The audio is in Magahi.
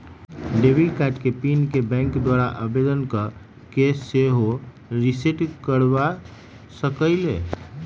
डेबिट कार्ड के पिन के बैंक द्वारा आवेदन कऽ के सेहो रिसेट करबा सकइले